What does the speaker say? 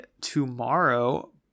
tomorrow